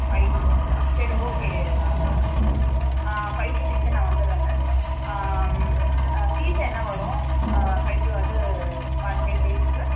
five to சிக்ஸ்ஸா சரி okay miss ah five to சிக்ஸ்ஸே நான் வந்துடுறேன் மிஸ் ம் ஆ ஃபீஸ் என்ன வரும் ஃபைவ் டு அது டென் டேஸ்ஸுக்கு